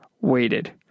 waited